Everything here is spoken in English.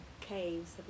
caves